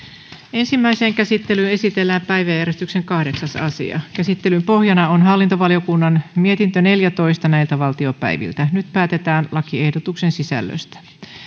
ensimmäiseen käsittelyyn esitellään päiväjärjestyksen kahdeksas asia käsittelyn pohjana on hallintovaliokunnan mietintö neljätoista nyt päätetään lakiehdotusten sisällöstä